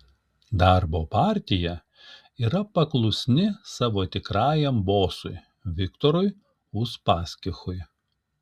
darbo partija yra paklusni savo tikrajam bosui viktorui uspaskichui